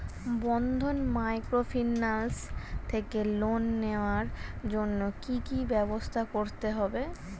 বন্ধন microfinance থেকে loan নেওয়ার জন্য কি কি ব্যবস্থা করতে হবে?